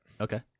Okay